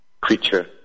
creature